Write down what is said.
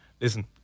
Listen